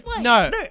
No